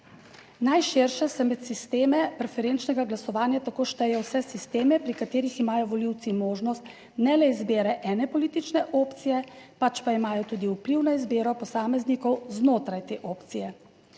Najširše se med sisteme preferenčnega glasovanja tako šteje vse sisteme, pri katerih imajo volivci možnost ne le izbire ene politične opcije, pač pa imajo tudi vpliv na izbiro posameznikov znotraj te opcije.